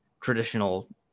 traditional